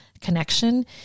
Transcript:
connection